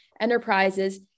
enterprises